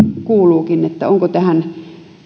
kuuluukin onko